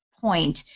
point